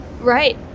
Right